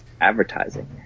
advertising